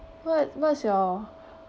what what's your